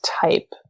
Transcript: type